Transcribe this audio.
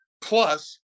Plus